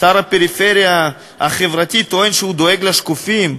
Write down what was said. שר הפריפריה החברתית טוען שהוא דואג לשקופים,